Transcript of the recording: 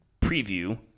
preview